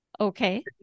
Okay